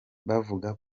bavuga